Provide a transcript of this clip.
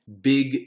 big